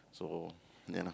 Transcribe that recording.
so then ah